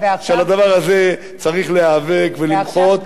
שעל הדבר הזה צריך להיאבק ולמחות,